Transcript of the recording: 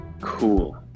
Cool